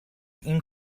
این